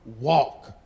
walk